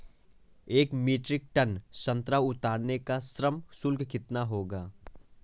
एक metric tonne संतरा उतारने का श्रम शुल्क कितना होगा?